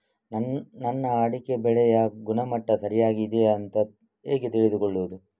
ನನ್ನ ಅಡಿಕೆ ಬೆಳೆಯ ಗುಣಮಟ್ಟ ಸರಿಯಾಗಿ ಇದೆಯಾ ಅಂತ ಹೇಗೆ ತಿಳಿದುಕೊಳ್ಳುವುದು?